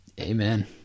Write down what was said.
Amen